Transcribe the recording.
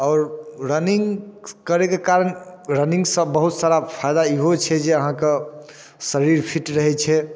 आओर रनिङ्ग करैके कारण रनिङ्गसँ बहुत सारा फाइदा इहो छै जे अहाँके शरीर फिट रहै छै